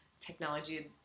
technology